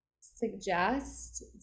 suggest